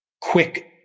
quick